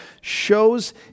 shows